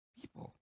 people